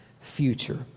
Future